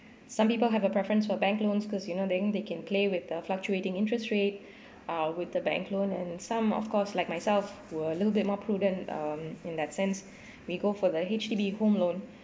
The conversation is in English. some people have a preference for bank loans because you know then they can play with the fluctuating interest rate uh with the bank loan and some of course like myself we're little bit more prudent um in that sense we go for the H_D_B home loan